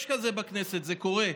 יש כזה בכנסת, זה קורה.